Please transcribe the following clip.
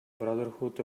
brotherhood